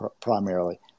primarily